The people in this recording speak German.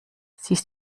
siehst